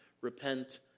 Repent